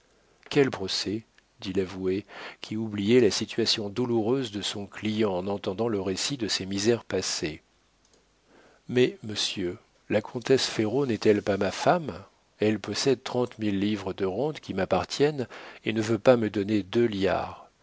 quel procès dit l'avoué qui oubliait la situation douloureuse de son client en entendant le récit de ses misères passées mais monsieur la comtesse ferraud n'est-elle pas ma femme elle possède trente mille livres de rente qui m'appartiennent et ne veut pas me donner deux liards